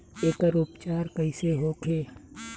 एकर उपचार कईसे होखे?